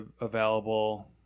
available